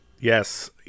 Yes